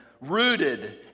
rooted